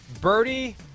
Birdie